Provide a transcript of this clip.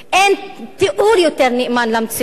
אין תיאור יותר נאמן למציאות